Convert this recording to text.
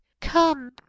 come